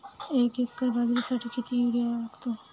एक एकर बाजरीसाठी किती युरिया लागतो?